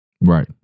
Right